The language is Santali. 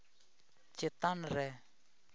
ᱪᱮᱛᱟᱱ ᱨᱮ